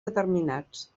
determinats